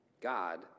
God